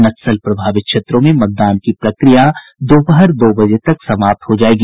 नक्सल प्रभावित क्षेत्रों में मतदान की प्रक्रिया दोपहर दो बजे तक समाप्त हो जायेगी